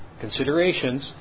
considerations